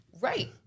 Right